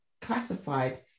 classified